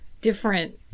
different